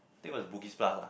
think was Bugis-Plus ah